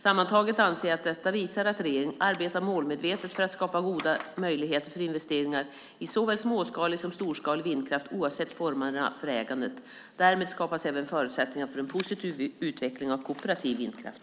Sammantaget anser jag att detta visar att regeringen arbetar målmedvetet för att skapa goda möjligheter för investeringar i såväl småskalig som storskalig vindkraft oavsett formerna för ägandet. Därmed skapas även förutsättningar för en positiv utveckling av kooperativ vindkraft.